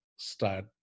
start